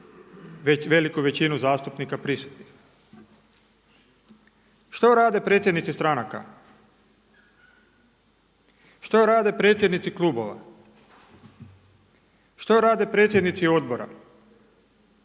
veliku većinu zastupnika prisutnih. Što rade predsjednici stranka? Što rade predsjednici klubova? Što rade predsjednici odbora?